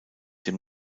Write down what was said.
dem